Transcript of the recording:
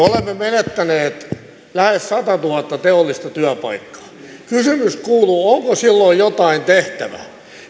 olemme menettäneet lähes satatuhatta teollista työpaikkaa kysymys kuuluu onko silloin jotain tehtävä